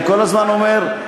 אני כל הזמן אומר,